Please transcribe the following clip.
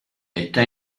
está